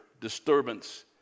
disturbance